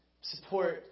support